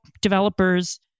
developers